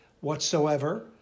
whatsoever